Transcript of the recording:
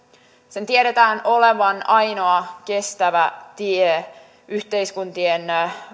sen tiedetään olevan ainoa kestävä tie yhteiskuntien